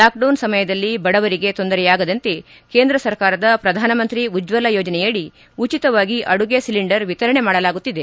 lockdown ಸಮಯದಲ್ಲಿ ಬಡವರಿಗೆ ತೊಂದರೆಯಾಗದಂತೆ ಕೇಂದ್ರ ಸರ್ಕಾರದ ಪ್ರಧಾನಮಂತ್ರಿ ಉಜ್ವಲ ಯೋಜನೆಯಡಿ ಉಚಿತವಾಗಿ ಅಡುಗೆ ಸಿಲಿಂಡರ್ ವಿತರಣೆ ಮಾಡಲಾಗುತ್ತಿದೆ